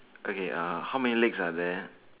okay uh how many legs are there